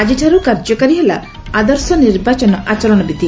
ଆଜିଠାରୁ କାର୍ଯ୍ୟକାରୀ ହେଲା ଆଦର୍ଶ ନିର୍ବାଚନ ଆଚରଣ ବିଧି